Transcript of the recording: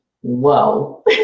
whoa